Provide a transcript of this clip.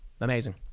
Amazing